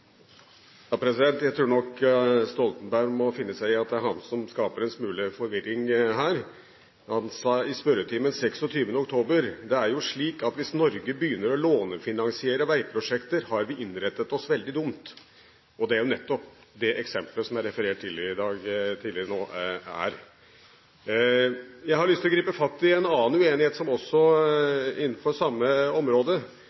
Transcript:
han som skaper en smule forvirring her. Han sa i spørretimen 26. oktober: «Det er jo slik at hvis Norge begynner å lånefinansiere veiprosjekter, har vi innrettet oss veldig dumt.» Det er jo nettopp dette eksemplet det er referert til tidligere her. Jeg har lyst til å gripe fatt i en annen uenighet, som